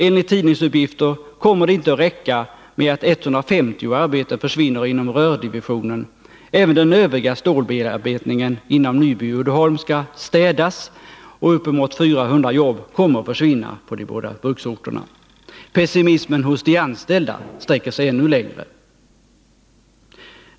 Enligt tidningsuppgifter kommer det inte att räcka med att 150 arbeten försvinner inom rördivisionen. Även den övriga stålbearbetningen inom Nyby Uddeholm skall städas bort, och uppemot 400 jobb kommer att försvinna på de båda bruksorterna. Pessimismen hos de anställda sträcker sig ännu längre.